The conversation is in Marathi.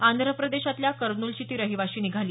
आंध्रप्रदेशातल्या कर्नुलची ती रहिवाशी निघाली